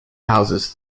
houses